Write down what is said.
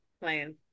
Plans